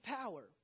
power